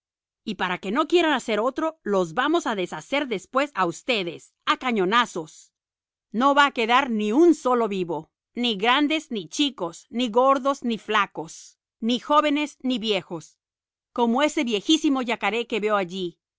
y para que no quieran hacer otro los vamos a deshacer después a ustedes a cañonazos no va a quedar ni uno solo vivo ni grandes ni chicos ni gordos ni flacos ni jóvenes ni viejos como ese viejísimo yacaré que veo allí